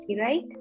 right